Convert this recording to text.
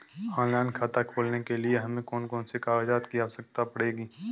Online खाता खोलने के लिए हमें कौन कौन से कागजात की आवश्यकता पड़ेगी?